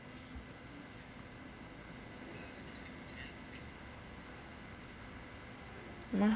my